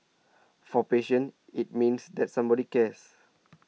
for patients it means that somebody cares